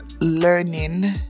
learning